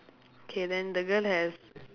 K then the girl has